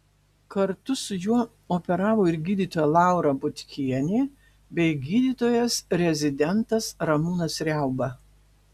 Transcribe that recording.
kartu su juo operavo ir gydytoja laura butkienė bei gydytojas rezidentas ramūnas riauba